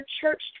church